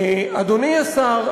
אדוני השר,